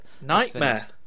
Nightmare